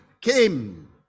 came